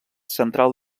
central